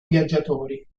viaggiatori